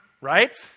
Right